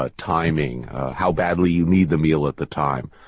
ah timing, how badly you need the meal at the time,